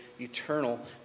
eternal